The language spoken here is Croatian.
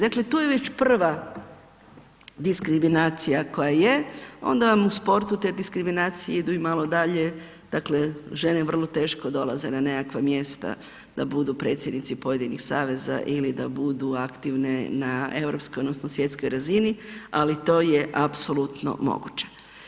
Dakle, to je već prva diskriminacija koja je, onda vam u sportu te diskriminacije idu i malo dalje, dakle, žene vrlo teško dolaze na nekakva mjesta da budu predsjednici pojedinih saveza ili da budu aktivne na europskoj odnosno svjetskoj razini, ali to je apsolutno moguće.